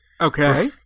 Okay